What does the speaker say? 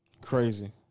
Crazy